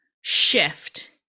shift